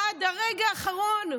עד הרגע האחרון,